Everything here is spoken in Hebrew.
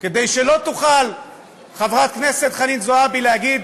כדי שלא תוכל חברת הכנסת חנין זועבי להגיד,